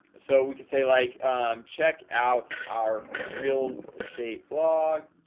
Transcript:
so we could say like check out our real estate blog